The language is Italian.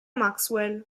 maxwell